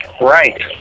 right